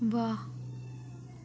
वाह्